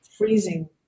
Freezing